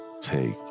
Take